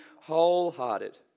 wholehearted